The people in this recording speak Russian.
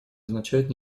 означает